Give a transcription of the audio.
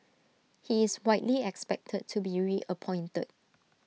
he is widely expected to be reappointed